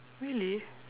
really